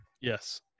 Yes